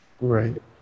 Right